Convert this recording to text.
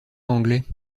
anglais